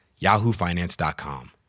yahoofinance.com